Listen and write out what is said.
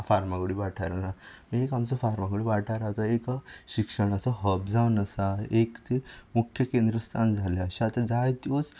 फार्मागुडी वाठारांन आसा एक आमचो फार्मागुडी वाठार आसा तो एक शिक्षणाचो हब जावन आसा एक तें मुख्य केंद्र स्थान जाल्लें आसा आतां जाय ती वर्स